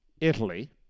Italy